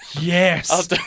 Yes